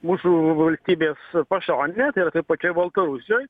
mūsų valstybės pašonėje tai yra pačioj baltarusijoj